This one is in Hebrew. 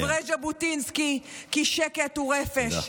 כדברי ז'בוטינסקי כי שקט הוא רפש.